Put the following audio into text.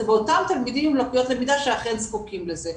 באותם תלמידים עם לקויות למידה שאכן זקוקים לזה.